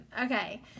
Okay